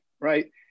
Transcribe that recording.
right